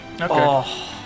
Okay